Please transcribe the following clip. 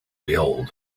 behold